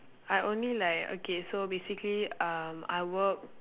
I only like okay so basically um I worked